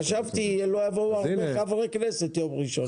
חשבתי שלא יבואו הרבה חברי כנסת ביום ראשון,